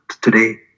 today